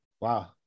Wow